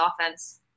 offense